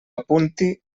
apunti